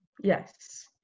Yes